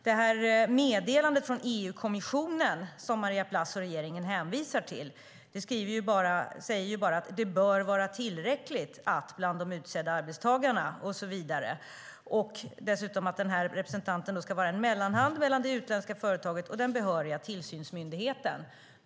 Det meddelande från EU-kommissionen som Maria Plass och regeringen hänvisar till säger ju bara att "det bör vara tillräckligt att bland de utsända arbetstagarna" och så vidare och dessutom att representanten ska vara en "mellanhand mellan det utländska företaget och den behöriga tillsynsmyndigheten".